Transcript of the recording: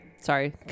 sorry